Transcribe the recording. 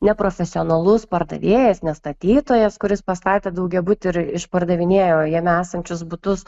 ne profesionalus pardavėjas ne statytojas kuris pastatė daugiabutį ir išpardavinėjo jame esančius butus